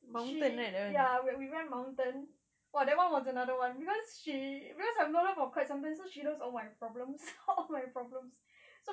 she ya we went mountain !wah! that [one] was another [one] cause she cause I've known her for quite some time so she knows all my problems all my problems